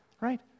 right